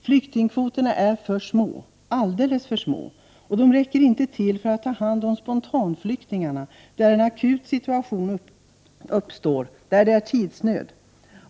Flyktingkvoterna är för små, alldeles för små, och de räcker inte till för att man skall ta om hand om spontanflyktingarna, när en akut situation uppstår, och när det är tidsnöd.